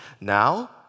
Now